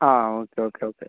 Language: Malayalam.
ആ ഓക്കെ ഓക്കെ ഓക്കെ